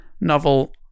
novel